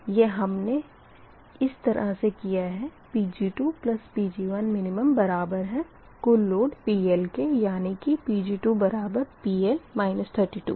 यह हमने इस तरह से किया है Pg2 Pg1min बराबर है कुल लोड PL के यानी कि Pg2PL 32 के